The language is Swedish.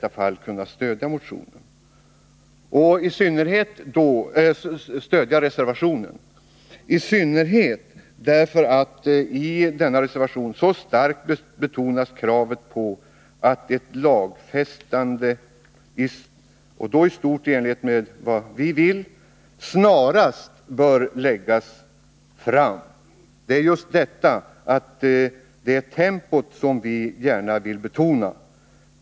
Anledningen till att vi kan stödja reservationen är framför allt att det i denna så starkt betonas att ett förslag till lagstiftning — i stort utformat i enlighet med vad vi vill — snarast bör läggas fram. Det är just tempot som vi gärna vill betona.